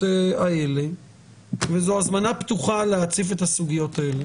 האלה וזו הזמנה פתוחה להציף את הסוגיות האלה,